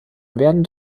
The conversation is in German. werden